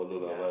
ya